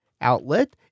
outlet